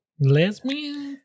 Lesbian